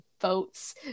votes